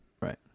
Right